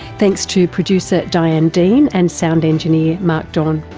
thanks to producer diane dean and sound engineer mark don.